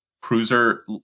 cruiser